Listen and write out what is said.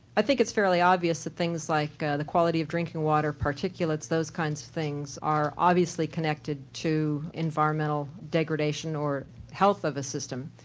i think it's fairly obvious that things like the quality of drinking water, particulates, those kinds of things are obviously connected to environmental degradation or health of a system,